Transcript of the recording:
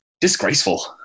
disgraceful